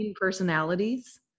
personalities